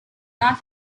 not